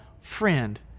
friend